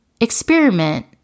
experiment